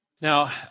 Now